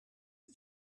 you